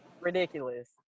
ridiculous